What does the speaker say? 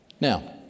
Now